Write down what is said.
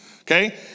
Okay